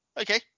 Okay